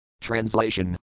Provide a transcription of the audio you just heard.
Translation